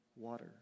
water